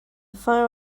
fire